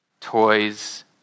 toys